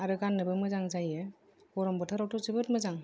आरो गान्नोबो मोजां जायो गरम बोथोरावथ' जोबोर मोजां